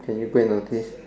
can you go and notice